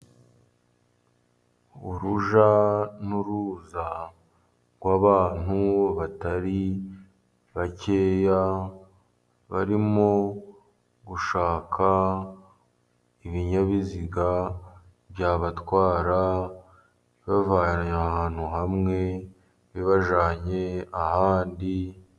Urujya n'uruza rw'abantu batari bakeya, barimo gushaka ibinyabiziga byabatwara, bavuye ahantu hamwe bibajyanye ahandi.